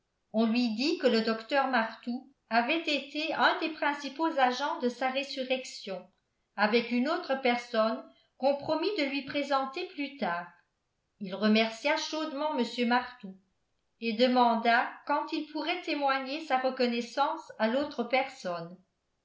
on lui dit que le docteur martout avait été un des principaux agents de sa résurrection avec une autre personne qu'on promit de lui présenter plus tard il remercia chaudement mr martout et demanda quand il pourrait témoigner sa reconnaissance à l'autre personne